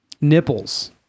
nipples